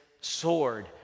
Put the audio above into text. sword